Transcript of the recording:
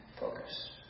focus